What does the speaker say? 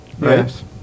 yes